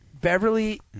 Beverly